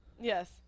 Yes